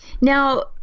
now